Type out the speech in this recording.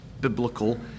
biblical